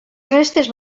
restes